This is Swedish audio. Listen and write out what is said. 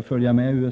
USA:s 129 förslag.